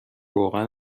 روغن